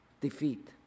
Defeat